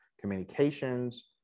Communications